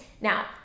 now